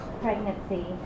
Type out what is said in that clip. pregnancy